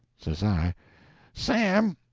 says i sam,